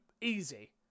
easy